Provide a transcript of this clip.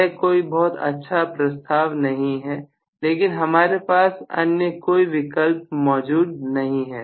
यह कोई बहुत अच्छा प्रस्ताव नहीं है लेकिन हमारे पास अन्य कोई विकल्प मौजूद नहीं है